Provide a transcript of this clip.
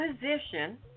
position